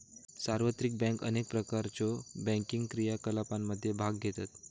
सार्वत्रिक बँक अनेक प्रकारच्यो बँकिंग क्रियाकलापांमध्ये भाग घेतत